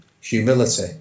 humility